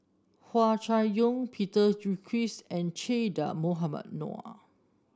Hua Chai Yong Peter Gilchrist and Che Dah Mohamed Noor